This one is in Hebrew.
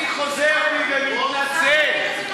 אני חוזר בי ומתנצל.